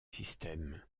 systèmes